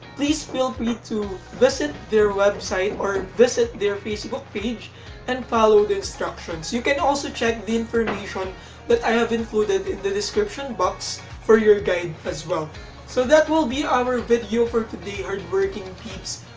please feel free to visit their website or visit their facebook page and follow the instructions. you can also check the information that i have included in the description box for your guide as well so that will be our video for today hard-working peeps.